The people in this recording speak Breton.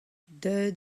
deuet